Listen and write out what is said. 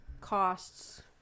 costs